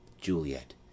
Juliet